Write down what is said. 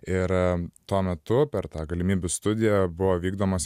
ir tuo metu per tą galimybių studiją buvo vykdomos